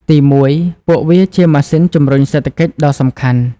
ទីមួយ ពួកវាជាម៉ាស៊ីនជំរុញសេដ្ឋកិច្ចដ៏សំខាន់។